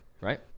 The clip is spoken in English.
Right